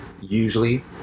usually